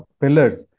pillars